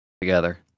together